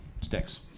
sticks